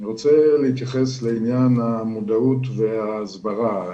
אני רוצה להתייחס לעניין המודעות וההסברה.